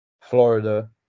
Florida